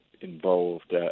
involved